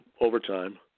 overtime